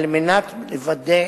כדי לוודא